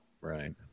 Right